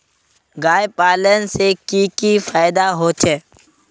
गाय पालने से की की फायदा होचे?